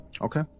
Okay